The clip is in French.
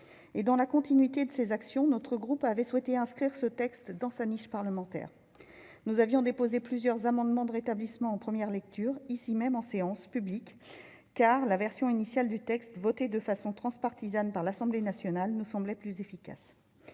Dans la continuité de ces actions, notre groupe avait souhaité inscrire ce texte à son ordre du jour réservé. Nous avions déposé plusieurs amendements de rétablissement en première lecture, ici même en séance publique, car la version initiale du texte, votée de façon transpartisane par l'Assemblée nationale, nous semblait plus efficace.